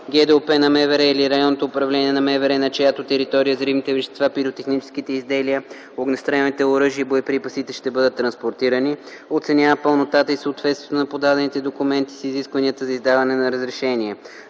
ГДОП на МВР или РУ на МВР, на чиято територия взривните вещества, пиротехническите изделия, огнестрелните оръжия и боеприпасите ще бъдат транспортирани, оценява пълнотата и съответствието на подадените документи с изискванията за издаване на разрешение.